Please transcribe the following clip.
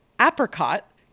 apricot